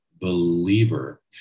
believer